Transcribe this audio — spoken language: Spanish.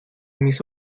mis